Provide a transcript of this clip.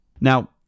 Now